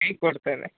ಕೊಡ್ತೇವೆ